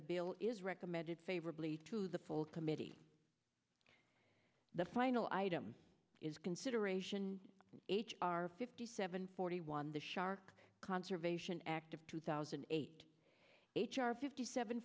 the bill is recommended favorably to the full committee the final item is consideration h r fifty seven forty one the shark conservation act of two thousand and eight h r fifty seven